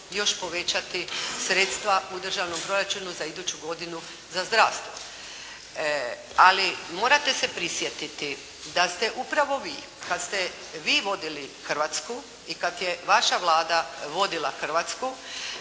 još povećati sredstva u Državnom proračunu za iduću godinu za zdravstvo. Ali morate se prisjetiti da ste upravo vi kad ste vi vodili Hrvatsku i kad je vaša Vlada vodila Hrvatsku